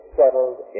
settled